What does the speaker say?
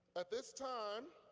at this time,